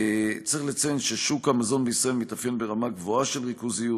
צריך לציין ששוק המזון בישראל מתאפיין ברמה גבוהה של ריכוזיות.